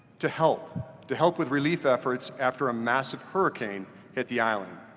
to help to help with relief efforts after a massive hurricane hit the island.